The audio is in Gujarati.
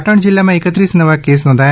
પાટણ જીલ્લામાં એકત્રીસ નવા કેસ નોંધાયા